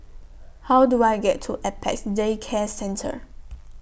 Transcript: How Do I get to Apex Day Care Centre